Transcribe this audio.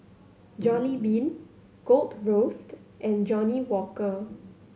Jollibean Gold Roast and Johnnie Walker